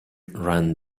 ran